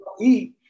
eat